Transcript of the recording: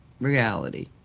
reality